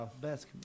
best